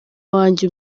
wanjye